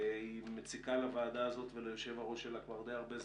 היא מציקה לוועדה הזאת וליושב-הראש שלה כבר די הרבה זמן.